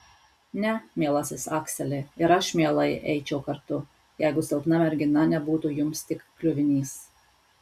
ne mielasis akseli ir aš mielai eičiau kartu jeigu silpna mergina nebūtų jums tik kliuvinys